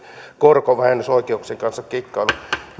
korkovähennysoikeuksien kanssa kikkailun